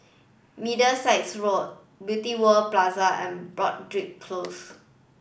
Middlesex Road Beauty World Plaza and Broadrick Close